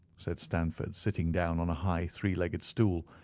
said stamford, sitting down on a high three-legged stool,